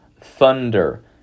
thunder